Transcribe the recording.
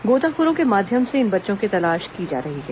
गोताखोरों के माध्यम से इन बच्चों की तलाश की जा रही है